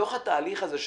בתוך התהליך הזה,